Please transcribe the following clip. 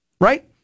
Right